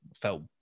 felt